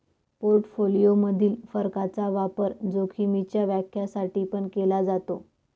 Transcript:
portfolio मधील फरकाचा वापर जोखीमीच्या व्याख्या साठी पण केला जातो